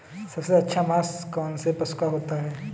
सबसे अच्छा मांस कौनसे पशु का होता है?